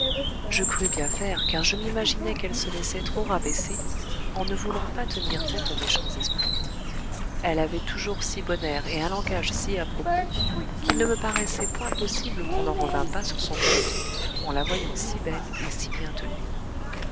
je crus bien faire car je m'imaginais qu'elle se laissait trop rabaisser en ne voulant pas tenir tête aux méchants esprits elle avait toujours si bon air et un langage si à propos qu'il ne me paraissait point possible qu'on n'en revînt pas sur son compte en la voyant si belle et si bien tenue